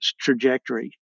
trajectory